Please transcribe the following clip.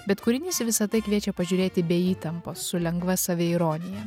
bet kūrinys į visa tai kviečia pažiūrėti be įtampos su lengva saviironija